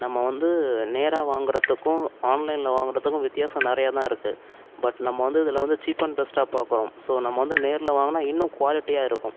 நம்ம வந்து நேராக வாங்குறத்துக்கும் ஆன்லைனில் வாங்குறத்துக்கும் வித்தியாசம் நிறையா தான் இருக்குது பட் நம்ம வந்து இதில் வந்து சீப் அண்ட் பெஸ்ட்டாக பார்க்குறோம் ஸோ நம்ம வந்து நேரில் வாங்கினா இன்னும் குவாலிட்டியாக இருக்கும்